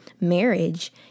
marriage